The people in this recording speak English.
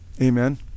Amen